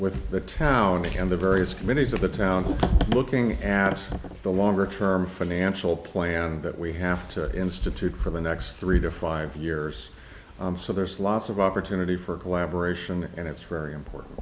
the town again the various committees of the town looking at the longer term financial planning that we have to institute for the next three to five years so there's lots of opportunity for collaboration and it's very important